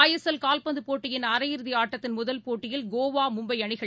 ஐ S L கால்பந்து போட்டியின் அரையிறுதி ஆட்டத்தின் முதல் போட்டியில் கோவா மும்பை அணிகள் மோதுகின்றன